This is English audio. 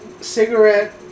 cigarette